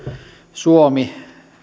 suomi